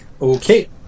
Okay